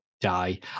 die